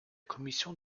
commission